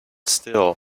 still